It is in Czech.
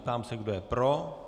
Ptám se, kdo je pro.